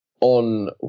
on